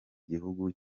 gihugu